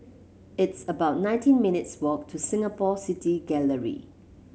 it's about nineteen minutes' walk to Singapore City Gallery